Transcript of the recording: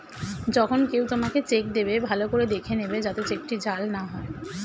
যখন কেউ তোমাকে চেক দেবে, ভালো করে দেখে নেবে যাতে চেকটি জাল না হয়